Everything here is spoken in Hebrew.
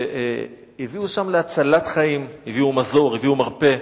והביאו שם להצלת חיים, הביאו מזור, הביאו מרפא,